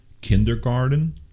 kindergarten